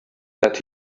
that